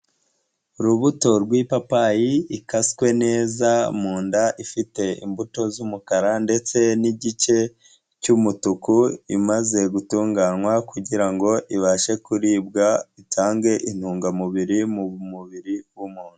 Urubuto rw'ipapayi ikaswe neza, mu nda ifite imbuto z'umukara ndetse n'igice cy'umutuku, imaze gutunganywa kugira ngo ibashe kuribwa, itange intungamubiri mu mubiri w'umuntu.